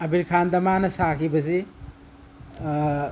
ꯑꯕꯤꯔ ꯈꯥꯟꯗ ꯃꯥꯅ ꯁꯥꯈꯤꯕꯁꯤ